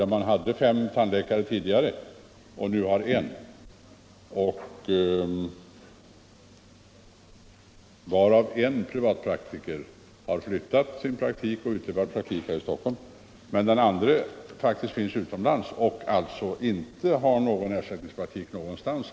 Där hade man tidigare fem tandläkare och har nu en. En privatpraktiker har flyttat sin praktik till Stockholm. En annan finns utomlands och har alltså ingen ersättningspraktik någonstans.